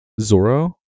Zoro